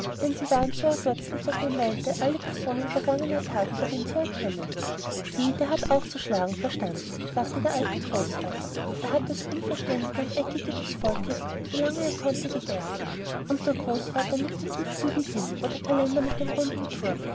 denn sie waren so ergötzlich daß man meinte alle personen vergangener tage darin zu erkennen sieh der hat auch zu schlagen verstanden sagte der alte großvater er hat das unverständige und eckige des volkes solange er konnte gegeißelt und der großvater nickte zum spiegel hin wo der kalender mit dem runden turm